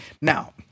Now